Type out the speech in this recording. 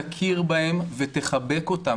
תכיר בהם ותחבק אותם.